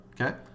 Okay